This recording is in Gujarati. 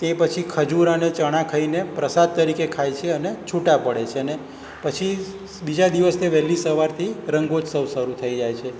તે પછી ખજૂર અને ચણા ખાઈને પ્રસાદ તરીકે ખાય છે અને છૂટા પડે છે અને પછી સ બીજા દિવસ તે વહેલી સવારથી રંગોત્સવ શરૂ થઈ જાય છે